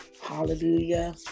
Hallelujah